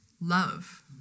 love